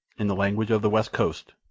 in the language of the west coast,